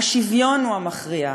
השוויון הוא המכריע.